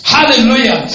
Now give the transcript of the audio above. Hallelujah